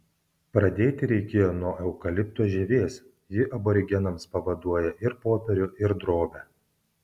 pradėti reikėjo nuo eukalipto žievės ji aborigenams pavaduoja ir popierių ir drobę